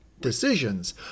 decisions